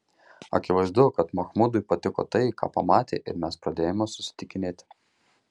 akivaizdu kad machmudui patiko tai ką pamatė ir mes pradėjome susitikinėti